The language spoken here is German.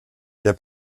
der